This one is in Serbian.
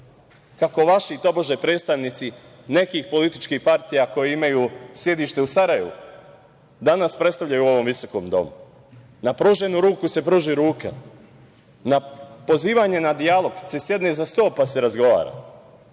kako vaši tobože predstavnici nekih političkih partija koji imaju sedište u Sarajevu danas predstavljaju u ovom visokom domu. Na pruženu ruku se pruži ruka. Na pozivanje na dijalog se sedne za sto, pa se razgovara.